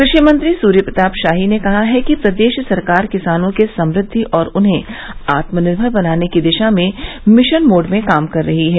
कृषि मंत्री सूर्य प्रताप शाही ने कहा है कि प्रदेश सरकार किसानों की समृद्धि और उन्हें आत्मनिर्भर बनाने की दिशा में मिशन मोड में काम कर रही है